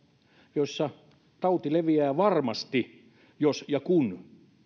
joissa tauti leviää varmasti jos ja kun